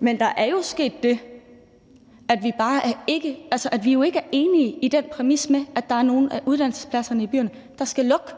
Men der er jo sket det, at vi bare ikke er enige i den præmis med, at der er nogle af uddannelsespladserne i byerne, der skal lukke.